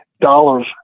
dollars